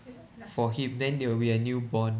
for him then there will be a new Bond